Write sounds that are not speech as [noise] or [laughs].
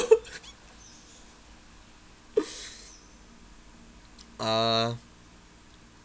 [laughs] uh